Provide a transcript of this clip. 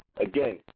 Again